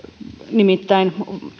nimittäin